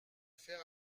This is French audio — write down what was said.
faire